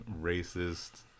racist